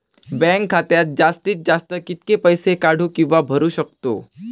Bank खात्यात जास्तीत जास्त कितके पैसे काढू किव्हा भरू शकतो?